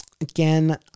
Again